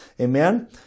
amen